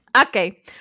Okay